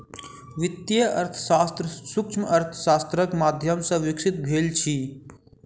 वित्तीय अर्थशास्त्र सूक्ष्म अर्थशास्त्रक माध्यम सॅ विकसित भेल अछि